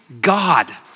God